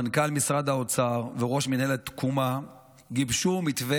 מנכ"ל משרד האוצר וראש מינהלת תקומה גיבשו מתווה